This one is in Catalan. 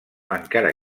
encara